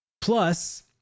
Plus